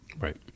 right